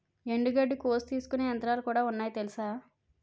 ఎండుగడ్డి కోసి తీసుకునే యంత్రాలుకూడా ఉన్నాయి తెలుసా?